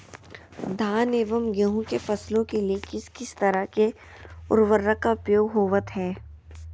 धान एवं गेहूं के फसलों के लिए किस किस तरह के उर्वरक का उपयोग होवत है?